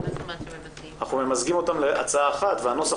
אנחנו ממזגים אותן להצעה אחת והנוסח